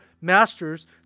masters